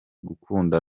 gukunda